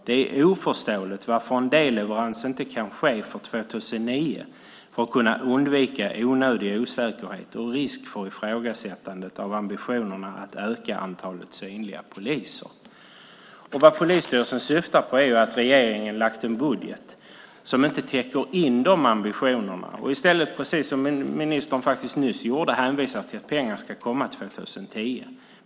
Det är oförståeligt varför en delleverans inte kan ske för 2009 för att kunna undvika onödiga osäkerheter och risk för ifrågasättande av ambitionerna att öka antalet synliga poliser. Vad polisstyrelsen syftar på är att regeringen har lagt fram en budget som inte täcker in de ambitionerna. I stället hänvisar man precis som ministern nyss gjorde till att pengar ska komma 2010.